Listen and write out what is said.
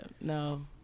no